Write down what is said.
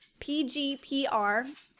PGPR